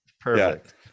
Perfect